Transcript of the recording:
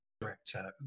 director